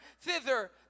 thither